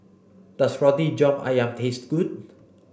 does Roti John Ayam taste good